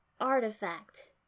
artifact